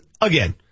again